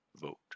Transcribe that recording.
vote